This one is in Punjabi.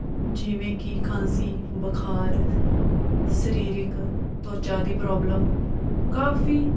ਜਿਵੇਂ ਕਿ ਖਾਂਸੀ ਬੁਖਾਰ ਸਰੀਰਿਕ ਤਵਚਾ ਦੀ ਪ੍ਰੋਬਲਮ ਕਾਫੀ